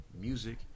music